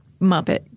Muppet